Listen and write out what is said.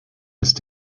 ist